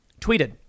tweeted